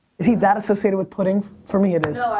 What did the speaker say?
is he that associated with pudding? for me it is.